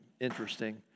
interesting